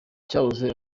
cyahoze